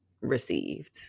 received